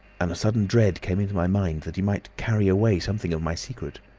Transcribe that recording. and a sudden dread came into my mind that he might carry away something of my secret.